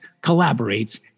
collaborates